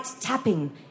tapping